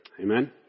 Amen